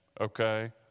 okay